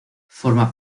forma